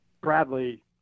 Bradley